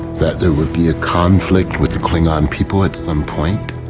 that there would be a conflict, with the klingon people, at some point,